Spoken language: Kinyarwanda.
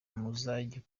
muzajye